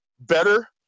Better